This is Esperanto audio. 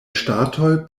ŝtatoj